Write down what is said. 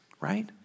right